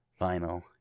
vinyl